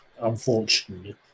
Unfortunately